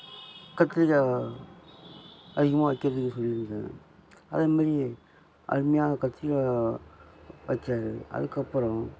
கத்திரிக்காய அதிகமாக வைக்கிறதுக்கு சொல்லியிருந்தேன் அதேமாரி அருமையான கத்திரிக்காய் வைக்கிறது அதுக்கப்புறம்